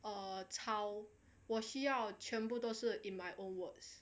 err 抄我需要全部都是 in my own words